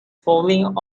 falling